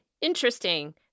interesting